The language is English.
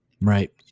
Right